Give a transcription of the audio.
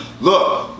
Look